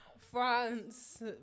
France